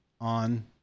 on